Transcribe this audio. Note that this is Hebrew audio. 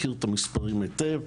שמכיר את המספרים היטב.